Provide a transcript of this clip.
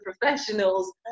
professionals